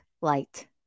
light